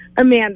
Amanda